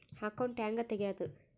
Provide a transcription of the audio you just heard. Account ಹ್ಯಾಂಗ ತೆಗ್ಯಾದು?